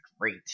great